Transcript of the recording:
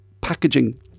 packaging